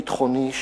ביטחוני,